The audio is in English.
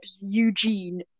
Eugene